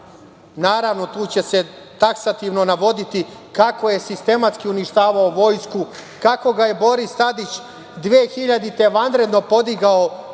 Naravno, tu će se taksativno navoditi kako je sistematski uništavao vojsku, kako ga je Boris Tadić 2000. godine vanredno podigao